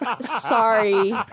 Sorry